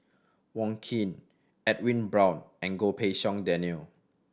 Wong Keen Edwin Brown and Goh Pei Siong Daniel